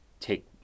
take